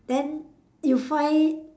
then you find